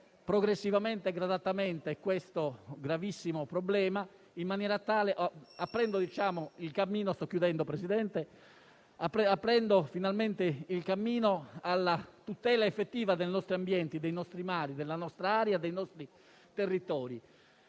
progressivamente questo gravissimo problema, aprendo finalmente il cammino alla tutela effettiva del nostro ambiente, dei nostri mari, della nostra aria, dei nostri territori.